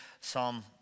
Psalm